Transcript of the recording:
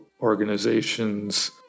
organizations